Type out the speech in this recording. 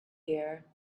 here